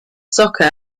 soccer